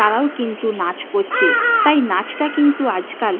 তারাও কিন্তু নাচ করছে তাই নাচটা কিন্তু আজকাল